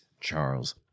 charles